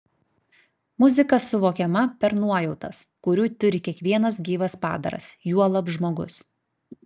muzika suvokiama per nuojautas kurių turi kiekvienas gyvas padaras juolab žmogus